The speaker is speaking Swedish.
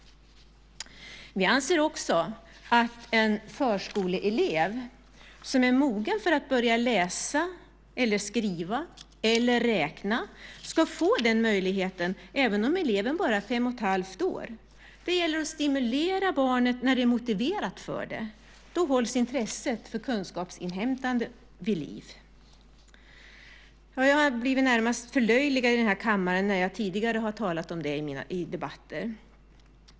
Vi anser också att en förskoleelev som är mogen att börja läsa, skriva eller räkna ska få den möjligheten även om eleven bara är fem och ett halvt år. Det gäller att stimulera barnet när det är motiverat för det. Då hålls intresset för kunskapsinhämtande vid liv. Jag har blivit närmast förlöjligad här i kammaren när jag tidigare har talat om detta i debatter.